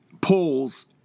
polls